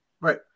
Right